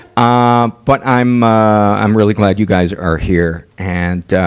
ah but i'm, ah, i'm really glad you guys are here, and, ah,